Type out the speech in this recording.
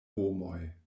homoj